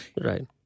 Right